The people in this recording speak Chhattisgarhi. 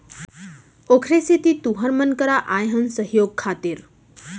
ओखरे सेती तुँहर मन करा आए हन सहयोग खातिर